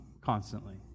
constantly